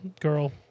girl